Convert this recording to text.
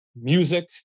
music